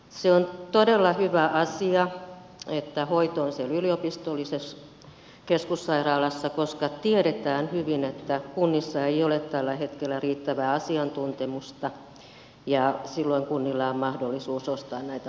se on todella hyvä asia että hoito on siellä yliopistollisessa keskussairaalassa koska tiedetään hyvin että kunnissa ei ole tällä hetkellä riittävää asiantuntemusta ja silloin kunnilla on mahdollisuus ostaa näitä palveluita